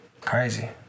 crazy